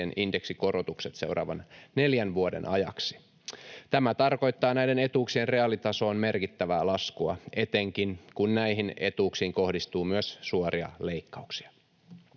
indeksikorotukset seuraavan neljän vuoden ajaksi. Tämä tarkoittaa näiden etuuksien reaalitasoon merkittävää laskua — etenkin kun näihin etuuksiin kohdistuu myös suoria leikkauksia.